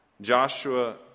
Joshua